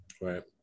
Right